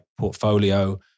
portfolio